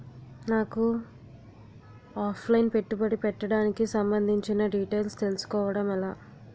నాకు offline పెట్టుబడి పెట్టడానికి సంబందించిన డీటైల్స్ తెలుసుకోవడం ఎలా?